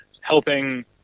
helping